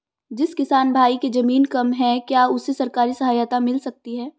जिस किसान भाई के ज़मीन कम है क्या उसे सरकारी सहायता मिल सकती है?